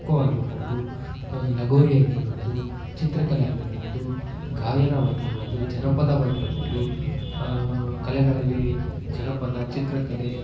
ಖೊ ಖೋ ಆಗಿರ್ಬೌದು ಲಗೋರಿ ಆಗಿರಬಹುದು ಚಿತ್ರಕಲೆ ಆಗಿರಬಹುದು ಗಾಯನವಾಗಿರಬಹುದು ಜನಪದವಾಗಿರಬೌದು ಕಲೆಗಳಲ್ಲಿ ಜನಪದ ಚಿತ್ರಕಲೆ